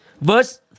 verse